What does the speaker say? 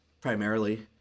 primarily